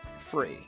free